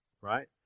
right